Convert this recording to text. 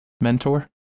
mentor